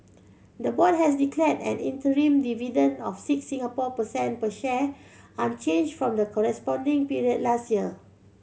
the board has declared an interim dividend of six Singapore per cent per share unchanged from the corresponding period last year